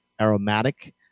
aromatic